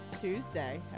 Tuesday